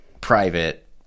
private